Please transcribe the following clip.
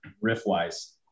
riff-wise